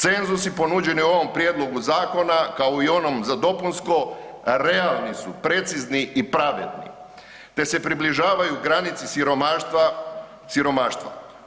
Cenzusi ponuđeni u ovom prijedlogom zakona kao i u onom za dopunsko, realni su, precizni i pravedni te se približavaju granici siromaštva.